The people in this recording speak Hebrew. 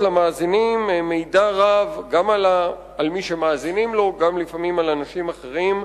למאזינים מידע רב גם על מי שמאזינים לו וגם לפעמים על אנשים אחרים.